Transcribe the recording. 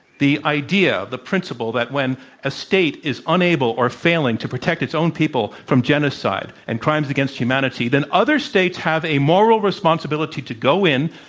the idea, the principle that when a state is unable or failing to protect its own people from genocide and crimes against humanity, then other states have a moral responsibility to go in,